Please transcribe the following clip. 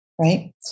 Right